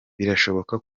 birashoboka